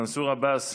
מנסור עבאס,